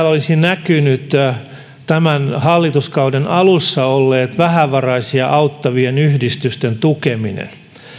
olisi näkynyt esimerkiksi tämän hallituskauden alussa ollut vähävaraisia auttavien yhdistysten tukeminen